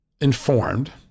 informed